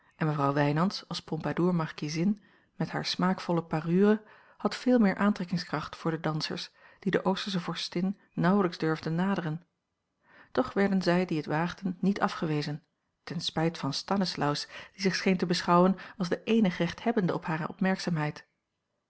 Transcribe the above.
en mevrouw wijnands als pompadour markiezin met hare smaakvolle parure had veel meer aantrekkingskracht voor de dansers die de oostersche vorstin nauwelijks durfden naderen toch werden zij die het waagden niet afgewezen ten spijt van stanislaus die zich scheen te beschouwen als den eenig rechthebbende op hare